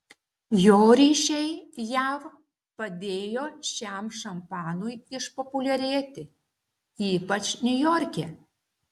jo ryšiai jav padėjo šiam šampanui išpopuliarėti ypač niujorke